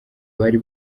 bari